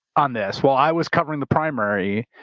on this, while i was covering the primary,